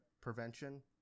prevention